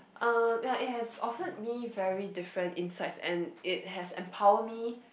uh that has offered me very different insights and it has empowered me